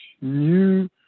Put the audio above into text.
new